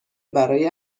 برای